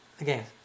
again